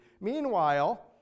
Meanwhile